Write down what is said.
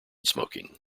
smoking